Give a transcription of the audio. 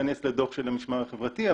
ייכנס לדוח של המשמר החברתי.